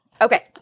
Okay